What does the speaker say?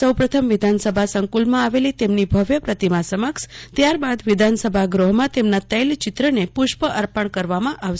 સૌ પ્રથમ વિધાનસભા સંકુલમાં આવેલી તેમની ભવ્ય પ્રતિમા સમક્ષ ત્યાર બાદ વિધાસનભા ગૃહમાં તેમના તૈલચિત્રને પુષ્પ અર્પણ કરવામાં આવશે